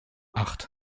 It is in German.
acht